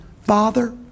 Father